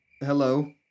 hello